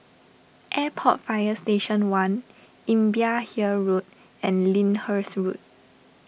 Airport Fire Station one Imbiah Hill Road and Lyndhurst Road